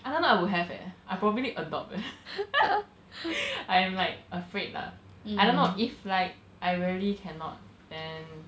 I don't know if I would have leh I probably would adopt eh I am like afraid lah I don't know if like I really cannot then